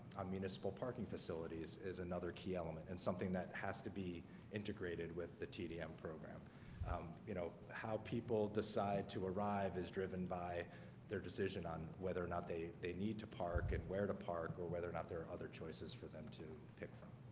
a municipal parking facilities is another key element and something that has to be integrated with the tdm program you know how people decide to arrive is driven by their decision on whether or not they they need to park and where to park or whether or not there are other choices for them to pick from